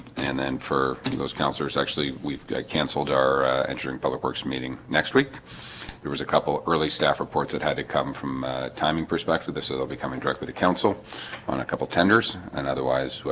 and then for those counselors, actually we've cancelled our engineering public works meeting next week there was a couple early staff reports that had to come from timing perspective this so they'll be coming directly to council on a couple tenders and otherwise,